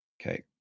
Okay